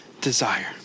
desire